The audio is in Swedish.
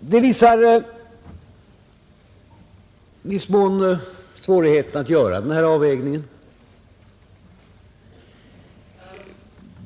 Det visar i någon mån svårigheterna att göra denna avvägning.